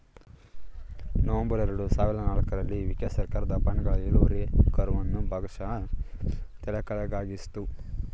November ಎರಡು ಸಾವಿರದ ನಾಲ್ಕು ರಲ್ಲಿ ಯು.ಕೆ ಸರ್ಕಾರದ ಬಾಂಡ್ಗಳ ಇಳುವರಿ ಕರ್ವ್ ಅನ್ನು ಭಾಗಶಃ ತಲೆಕೆಳಗಾಗಿಸಿತ್ತು